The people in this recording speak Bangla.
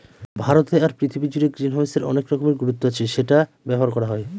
ভারতে আর পৃথিবী জুড়ে গ্রিনহাউসের অনেক রকমের গুরুত্ব আছে সেটা ব্যবহার করা হয়